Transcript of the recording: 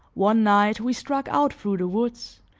one night, we struck out through the woods,